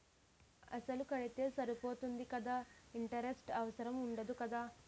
అసలు కడితే సరిపోతుంది కదా ఇంటరెస్ట్ అవసరం ఉండదు కదా?